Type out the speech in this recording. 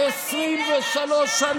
23 שנה.